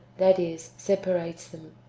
that is, separates them.